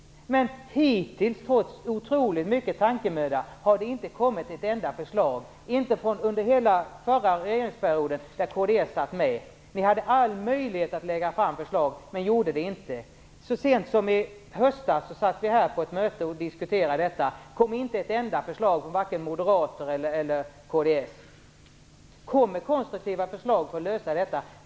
Men trots mycket tankemöda har det hittills inte kommit ett enda förslag. Det kom inget förslag under hela förra regeringsperioden då kds satt med i regeringen. Ni hade all möjlighet att lägga fram förslag men gjorde det inte. Så sent som höstas diskuterade vi detta på ett möte, men det kom inte ett enda förslag från vare sig moderaterna eller kds. Kom med konstruktiva förslag till en lösning.